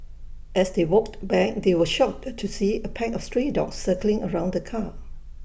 as they walked back they were shocked to see A pack of stray dogs circling around the car